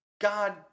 god